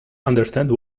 understand